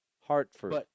Hartford